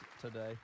today